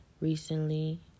recently